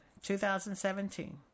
2017